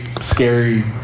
scary